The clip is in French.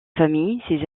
famille